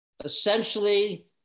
essentially